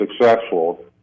successful